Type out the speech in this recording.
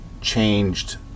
changed